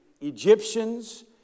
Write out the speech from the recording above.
Egyptians